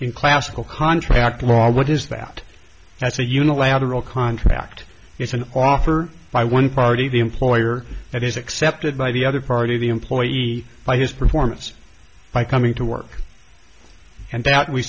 in classical contract law what is that that's a unilateral contract it's an offer by one party the employer that is accepted by the other party the employee by his performance by coming to work and that we